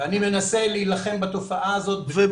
אני מנסה להילחם בתופעה הזאת --- מה